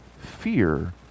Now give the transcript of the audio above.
fear